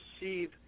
receive